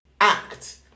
act